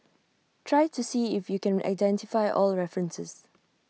try to see if you can identify all references